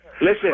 Listen